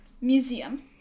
museum